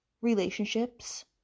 relationships